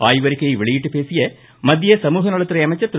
ஆய்வறிக்கையை வெளியிட்டுப் பேசிய மத்திய சமூக நலத்துறை அமைச்சர் திரு